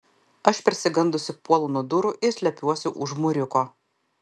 aš persigandusi puolu nuo durų ir slepiuos už mūriuko